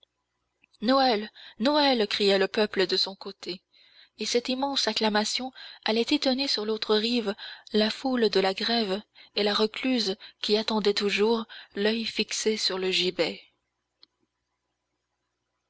noël noël criait le peuple de son côté et cette immense acclamation allait étonner sur l'autre rive la foule de la grève et la recluse qui attendait toujours l'oeil fixé sur le gibet